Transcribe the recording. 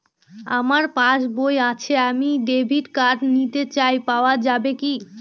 আমার পাসবই আছে আমি ডেবিট কার্ড নিতে চাই পাওয়া যাবে কি?